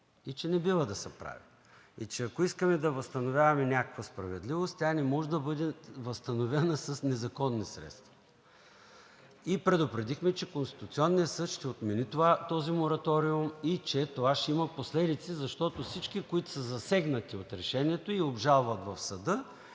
и че не бива да се прави, и ако искаме да възстановяваме някаква справедливост, тя не може да бъде възстановена с незаконни средства. Предупредихме, че Конституционният съд ще отмени този мораториум и че това ще има последици, защото всички, които са засегнати от решението, обжалват в съда,